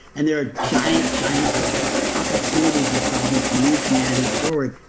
and there are giant, giant opportunities and problems to move humanity forward,